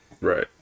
Right